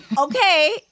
Okay